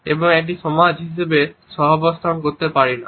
এবং একটি সমাজ হিসাবে সহাবস্থান করতে পারি না